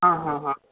हाँ हाँ हाँ